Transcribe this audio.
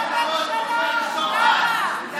ללמד את הגזבר של הבית היהודי, מה זה שוחד.